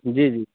जी जी